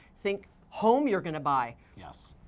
think home you're gonna buy. yes.